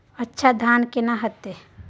अच्छा धान केना हैय?